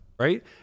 Right